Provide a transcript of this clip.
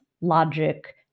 logic